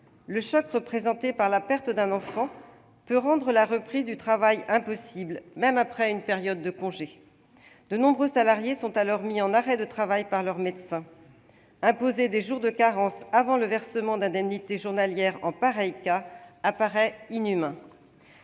Le choc représenté par la perte d'un enfant peut rendre la reprise du travail impossible, même après une période de congé. De nombreux salariés sont alors mis en arrêt de travail par leur médecin. Imposer des jours de carence avant le versement d'indemnités journalières en pareil cas paraît inhumain.